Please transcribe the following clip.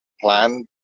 plan